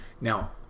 now